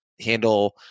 handle